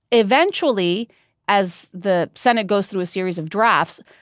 eventually as the senate goes through a series of drafts,